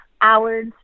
hours